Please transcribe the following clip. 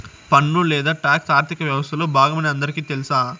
పన్ను లేదా టాక్స్ ఆర్థిక వ్యవస్తలో బాగమని అందరికీ తెల్స